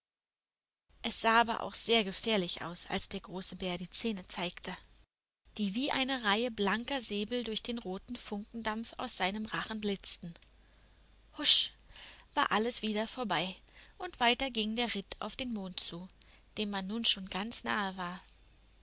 es sah aber auch sehr gefährlich aus als der große bär die zähne zeigte die wie eine reihe blanker säbel durch den roten funkendampf aus seinem rachen blitzten husch war alles wieder vorbei und weiter ging der ritt auf den mond zu dem man nun schon ganz nahe war